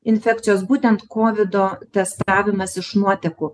infekcijos būtent kovido testavimas iš nuotekų